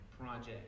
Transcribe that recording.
Project